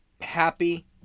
happy